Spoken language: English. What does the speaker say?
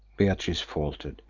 beatrice faltered.